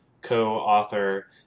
co-author